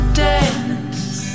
dance